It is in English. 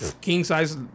king-size